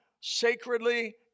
sacredly